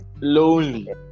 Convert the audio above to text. Lonely